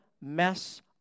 mess